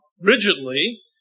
rigidly